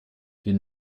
den